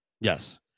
Yes